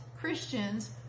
Christians